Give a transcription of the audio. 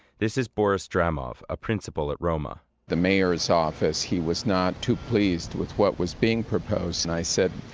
this is boris dramof, a principal at roma the mayor's office, he was not too pleased with what was being proposed and i said,